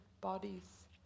bodies